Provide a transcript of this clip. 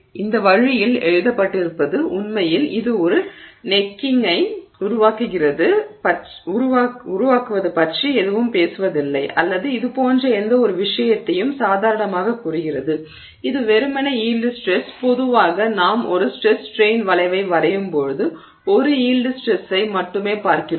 எனவே இந்த வழியில் எழுதப்பட்டிருப்பது உண்மையில் இது ஒரு கழுத்தை உருவாக்குவது பற்றி எதுவும் பேசுவதில்லை அல்லது இதுபோன்ற எந்தவொரு விஷயத்தையும் சாதாரணமாக கூறுகிறது இது வெறுமனே யீல்டு ஸ்ட்ரெஸ் பொதுவாக நாம் ஒரு ஸ்ட்ரெஸ் ஸ்ட்ரெய்ன் வளைவை வரையும்போது ஒரு யீல்டு ஸ்ட்ரெஸ்ஸை மட்டுமே பார்க்கிறோம்